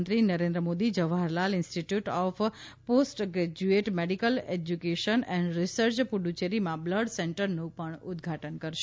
પ્રધાનમંત્રી Narendra Modi Jawaharlal institute of postgraduate medical education and research પુદુચેરીમાં blood સેન્ટરનું ઉદ્વાટન કરશે